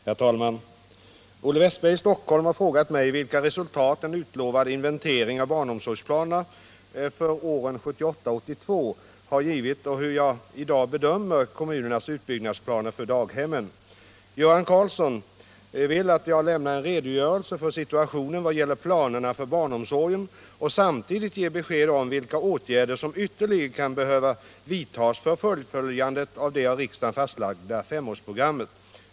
Herr talman! Olle Wästberg i Stockholm har frågat mig vilka resultat en utlovad inventering av barnomsorgsplanerna för åren 1978-1982 har givit och hur jag i dag bedömer kommunernas utbyggnadsplaner för daghemmen. Göran Karlsson vill att jag lämnar en redogörelse för situationen vad gäller planerna för barnomsorgen och samtidigt ger besked om vilka åtgärder som ytterligare kan behöva vidtas för fullföljandet av det av riksdagen fastlagda femårsprogrammet.